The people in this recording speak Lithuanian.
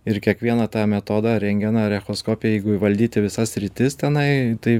ir kiekvieną tą metodą rentgeną ar echoskopiją jeigu įvaldyti visas sritis tenai tai